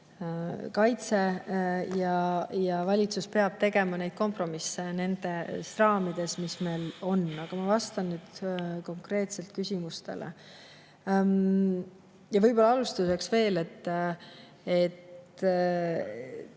[riigi]kaitse. Valitsus peab tegema kompromisse nendes raamides, mis meil on. Aga ma vastan nüüd konkreetselt küsimustele. Võib-olla alustuseks veel, et